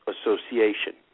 Association